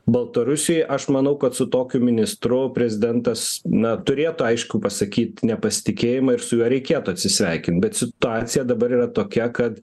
baltarusijoj aš manau kad su tokiu ministru prezidentas na turėtų aišku pasakyt nepasitikėjimą ir su juo reikėtų atsisveikint bet situacija dabar yra tokia kad